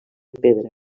pedra